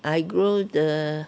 I grow the